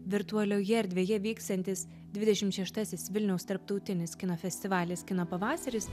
virtualioje erdvėje vyksiantis dvidešimt šetasis vilniaus tarptautinis kino festivalis kino pavasaris